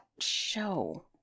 show